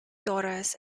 daughters